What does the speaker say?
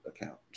account